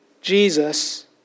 Jesus